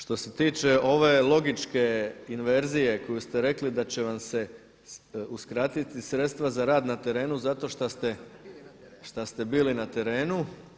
Što se tiče ove logičke inverzije koju ste rekli da će vam se uskratiti sredstva za rad na terenu zato šta ste bili na terenu.